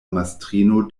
mastrino